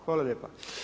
Hvala lijepa.